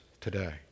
today